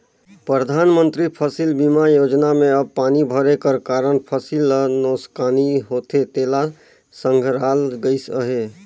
परधानमंतरी फसिल बीमा योजना में अब पानी भरे कर कारन फसिल ल नोसकानी होथे तेला संघराल गइस अहे